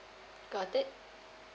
got it